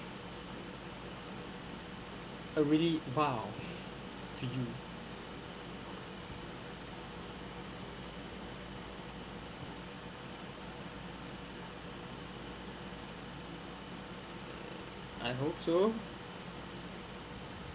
a really !wow! to you I hope so